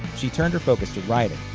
she turned her focus to writing,